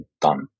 done